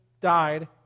died